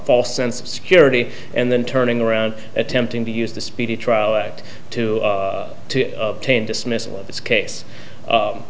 false sense of security and then turning around attempting to use the speedy trial act to to obtain dismissal of this case